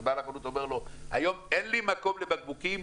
ובעל החנות אומר: היום אין לי מקום לבקבוקים,